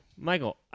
Michael